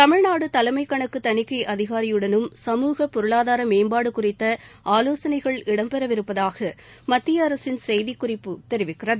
தமிழ்நாடு தலைமை கணக்கு தணிக்கை அதிகாரியுடனும் சமூக பொருளாதார மேம்பாடு குறித்த ஆலோசனைகள் இடம்பெறவிருப்பதாக மத்திய அரசின் செய்திக்குறிப்பு தெரிவிக்கிறது